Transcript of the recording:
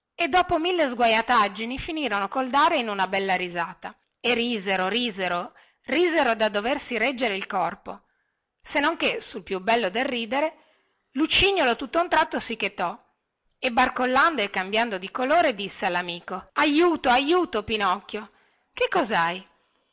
e dopo mille sguaiataggini finirono col dare in una bella risata e risero risero risero da doversi reggere il corpo se non che sul più bello del ridere lucignolo tutta un tratto si chetò e barcollando e cambiando colore disse allamico aiuto aiuto pinocchio che coshai